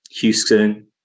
Houston